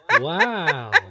wow